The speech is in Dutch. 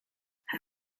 hij